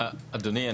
אדוני,